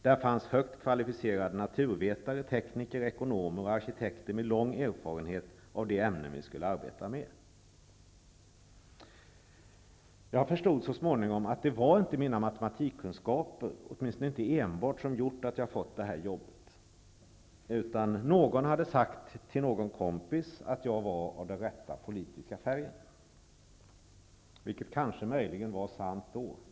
Där fanns högt kvalificerade naturvetare, tekniker, ekonomer och arkitekter med lång erfarenhet av det ämne vi skulle arbeta med. Jag förstod så småningom att det var inte mina matematikkunskaper, åtminstone inte enbart, som gjort att jag fått jobbet, utan någon hade sagt till någon kompis att jag var av den rätta politiska färgen, vilket möjligen var sant då.